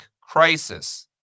crisis